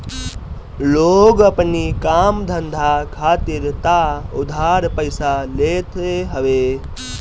लोग अपनी काम धंधा खातिर तअ उधार पइसा लेते हवे